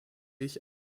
ich